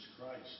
Christ